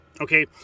Okay